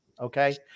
okay